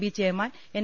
B chairman N